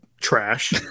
trash